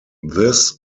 this